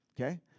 Okay